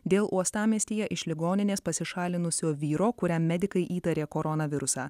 dėl uostamiestyje iš ligoninės pasišalinusio vyro kuriam medikai įtarė koronavirusą